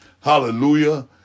Hallelujah